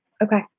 Okay